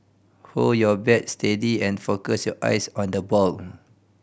hold your bat steady and focus your eyes on the ball